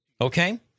Okay